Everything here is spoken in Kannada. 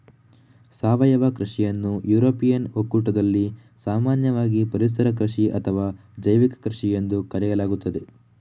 ಸಾವಯವ ಕೃಷಿಯನ್ನು ಯುರೋಪಿಯನ್ ಒಕ್ಕೂಟದಲ್ಲಿ ಸಾಮಾನ್ಯವಾಗಿ ಪರಿಸರ ಕೃಷಿ ಅಥವಾ ಜೈವಿಕ ಕೃಷಿಎಂದು ಕರೆಯಲಾಗುತ್ತದೆ